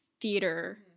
theater